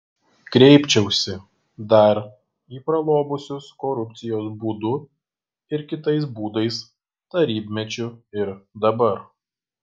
kreipčiausi dar į pralobusius korupcijos būdu ir kitais būdais tarybmečiu ir dabar